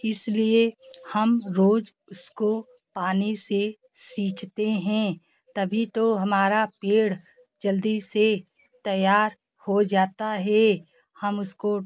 इस लिए हम रोज़ उसको पानी से सींचते हैं तभी तो हमारा पेड़ जल्दी से तैयार हो जाता है हम उसको